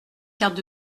cartes